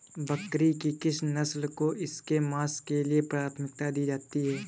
बकरी की किस नस्ल को इसके मांस के लिए प्राथमिकता दी जाती है?